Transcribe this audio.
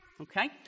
okay